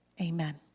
amen